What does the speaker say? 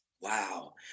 wow